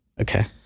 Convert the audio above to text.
Okay